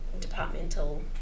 departmental